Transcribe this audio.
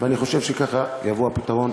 ואני חושב שככה יבוא הפתרון.